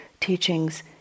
teachings